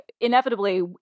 inevitably